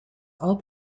all